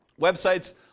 websites